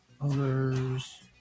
others